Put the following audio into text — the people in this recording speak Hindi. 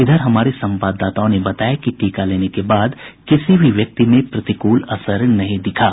इधर हमारे संवाददाताओं ने बताया कि टीका लेने के बाद किसी भी व्यक्ति में प्रतिकूल असर नहीं दिखा